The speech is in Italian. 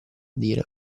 dire